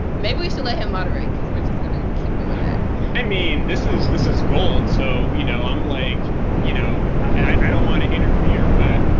maybe we should let him moderate. because we're just gonna keep doing that. khury i mean, this is this is gold. so you know um like you know i don't want to interfere. but